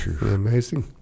Amazing